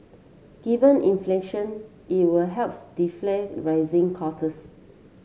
given inflation it will helps defray rising